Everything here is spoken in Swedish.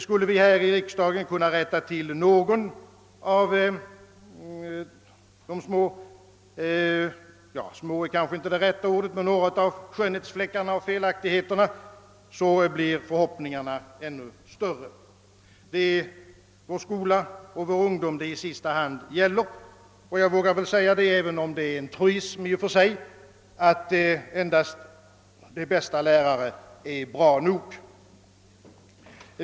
Skulle vi här i riksdagen kunna rätta till dessa och få bort några av de nuvarande skönhetsfläckarna och felaktigheterna, blir förhoppningarna ännu större. Det är vår skola och vår ungdom det i sista hand gäller. Jag vågar väl säga, även om det i och för sig är en truism, att endast de bästa lärare är bra nog.